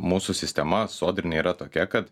mūsų sistema sodrinė yra tokia kad